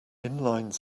inline